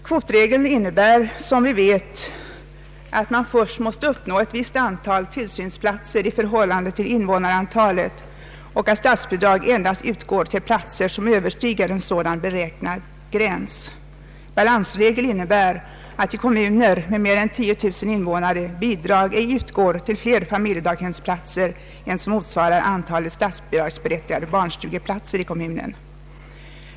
Kvotregeln innebär, som vi vet, att man först måste uppnå ett visst antal tillsynsplatser i förhållande till invånarantalet och att statsbidrag endast utgår till platser som överstiger en sådan gräns. Balansregeln innebär att i kommuner med mer än 10000 invånare bidrag ej utgår till fler familjedaghemsplatser än som motsvarar antalet statsbidragsberättigade barnstugeplatser i kommunen.